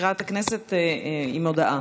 מזכירת הכנסת עם הודעה.